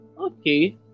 okay